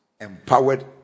empowered